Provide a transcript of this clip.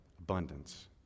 abundance